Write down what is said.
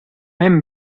hem